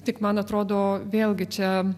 tik man atrodo vėlgi čia